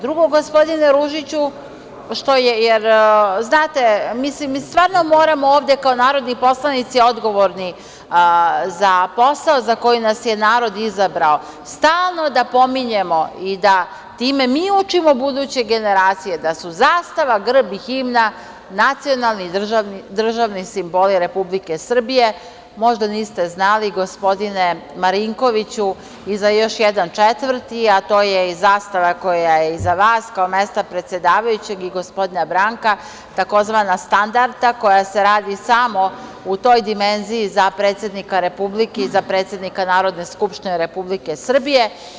Drugo, gospodine Ružiću, znate, mi stvarno moramo ovde kao narodni poslanici odgovorni za posao za koji nas je narod izabrao stalno da pominjemo i da time mi učimo buduće generacije da su zastava, grb i himna nacionalni državni simboli Republike Srbije, možda niste znali, gospodine Marinkoviću, i za još jedan četvrti, a to je i zastava koja je iza vas, kao mesta predsedavajućeg, i gospodina Branka, tzv. standarta koja se radi samo u toj dimenziji za predsednika Republike i za predsednika Narodne skupštine Republike Srbije.